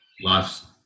Life's